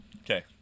Okay